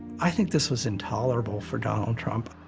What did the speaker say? i think this was intolerable for donald trump.